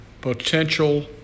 potential